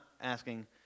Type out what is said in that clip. asking